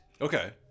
Okay